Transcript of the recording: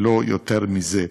ולא יותר מזה.